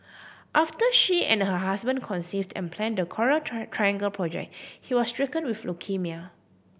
after she and her husband conceived and planned the Coral Triangle project he was stricken with leukaemia